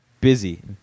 busy